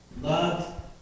Love